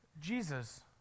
Jesus